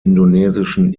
indonesischen